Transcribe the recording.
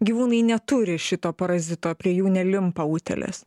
gyvūnai neturi šito parazito prie jų nelimpa utėlės